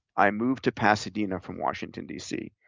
i moved to pasadena from washington, d c,